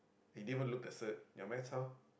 he gave a look at cert your maths how